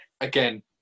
again